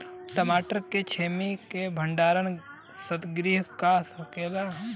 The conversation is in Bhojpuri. मटर के छेमी के भंडारन सितगृह में हो सकेला?